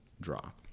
drop